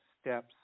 steps